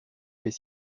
est